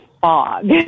fog